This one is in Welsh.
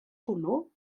hwnnw